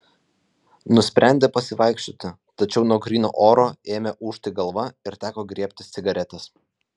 nusprendė pasivaikščioti tačiau nuo gryno oro ėmė ūžti galva ir teko griebtis cigaretės